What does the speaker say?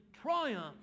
triumph